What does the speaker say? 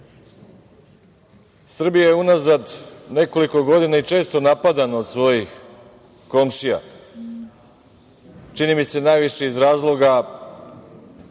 je unazad nekoliko godina i često napadana od svojih komšija, čini mi se najviše iz razloga